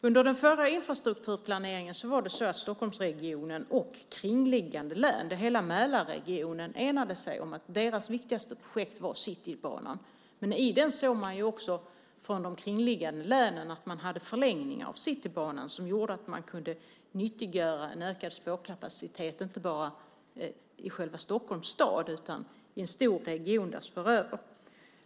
Under den förra infrastrukturplaneringen handlade det om att Stockholmsregionen, kringliggande län och hela Mälarregionen enade sig om att deras viktigaste projekt var Citybanan. I den såg man från de kringliggande länen att man hade förlängning av Citybanan som gjorde att man kunde nyttiggöra en ökad spårkapacitet inte bara i själva Stockholms stad utan i en stor region därutöver.